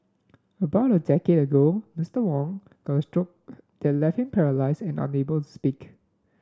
about a decade ago Mister Wong got a stroke that left him paralysed and unable to speak